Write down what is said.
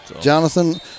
Jonathan